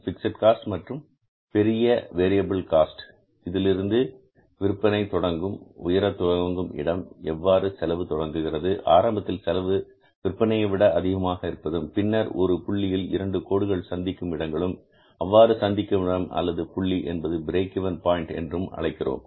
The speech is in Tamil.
பிக்ஸட் காஸ்ட் மற்றும் பெரிய வேரியபில் காஸ்ட் இதிலிருந்து விற்பனை தொடங்கும் உயர துவங்கும் இடம் எவ்வாறு செலவு தொடங்குகிறது ஆரம்பத்தில் செலவு விற்பனையை விட அதிகமாக இருப்பதும் பின்னர் ஒரு புள்ளியில் இரண்டு கோடுகளும் சந்திக்கும் இடங்களும் அவ்வாறு சந்திக்கும் இடம் அல்லது புள்ளி என்பது பிரேக் இவென் பாயின்ட் என்றும் அழைக்கிறோம்